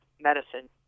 medicine